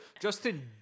Justin